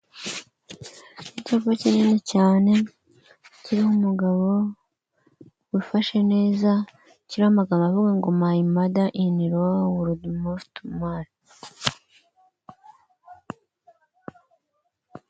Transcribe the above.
Icyapa kinini cyane, kiriho umugabo wifashe neza, kiriho amagambo avuga ngo" my mother-in-law would move to Mars."